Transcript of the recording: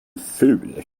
ful